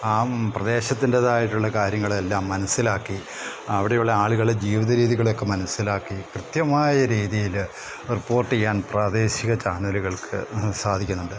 ആ പ്രദേശത്തിൻ്റെതായിട്ടുള്ള കാര്യങ്ങൾ എല്ലാം മനസ്സിലാക്കി അവിടെയുള്ള ആളുകൾ ജീവിത രീതികൾ ഒക്കെ മനസ്സിലാക്കി കൃത്യമായ രീതിയിൽ റിപ്പോർട്ട് ചെയ്യാൻ പ്രാദേശിക ചാനലുകൾക്ക് സാധിക്കുന്നുണ്ട്